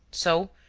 so,